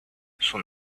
soon